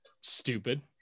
stupid